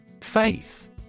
Faith